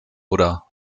oder